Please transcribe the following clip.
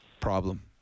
problem